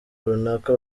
runaka